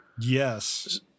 Yes